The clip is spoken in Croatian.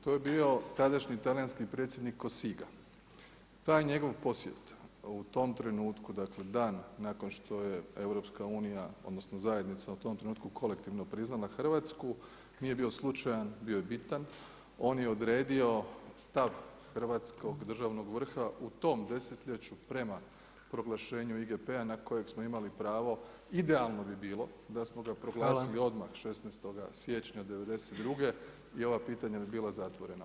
To je bio tadašnji talijanski predsjednik Cossiga, taj njegov posjet u tom trenutku dakle dan nakon što je EU, odnosno zajednica u tom trenutku kolektivno priznala Hrvatsku nije bio slučajan, bio je bitan, on je odredio stav hrvatskog državnog vrha u tom desetljeću prema proglašenju IGP-a na kojeg smo imali pravo, idealno bi bilo da smo ga proglasili odmah 16. siječnja '92. i ova pitanja bi bila zatvorena.